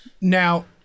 Now